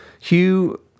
Hugh